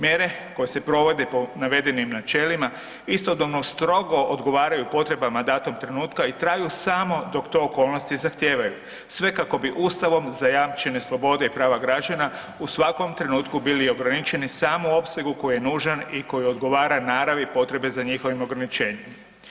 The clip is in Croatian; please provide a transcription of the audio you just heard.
Mjere koje se provode po navedenim načelima istodobno strogo odgovaraju potrebama datog trenutka i traju samo dok to okolnosti zahtijevaju sve kako bi Ustavom zajamčene slobode i prava građana u svakom trenutku biti ograničena samo u opsegu koji je nužan i koji odgovara naravi potrebe za njihovim ograničenjem.